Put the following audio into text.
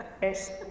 es